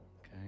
Okay